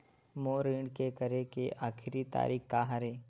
मोर ऋण के करे के आखिरी तारीक का हरे?